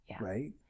Right